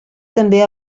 també